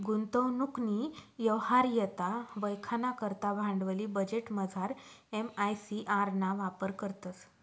गुंतवणूकनी यवहार्यता वयखाना करता भांडवली बजेटमझार एम.आय.सी.आर ना वापर करतंस